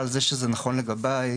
אבל זה שזה נכון לגביי,